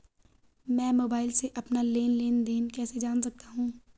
मैं मोबाइल से अपना लेन लेन देन कैसे जान सकता हूँ?